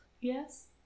Yes